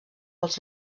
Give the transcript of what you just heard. pels